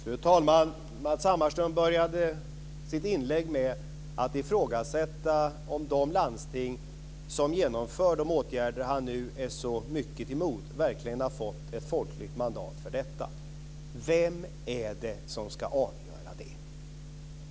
Fru talman! Matz Hammarström började sitt inlägg med att ifrågasätta om de landsting som vidtar de åtgärder som han nu är så mycket emot verkligen har fått ett folkligt mandat för detta. Vem är det som ska avgöra det?